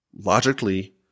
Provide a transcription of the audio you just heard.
Logically